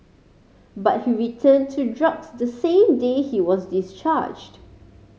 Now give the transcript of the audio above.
but he returned to drugs the same day he was discharged